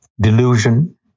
Delusion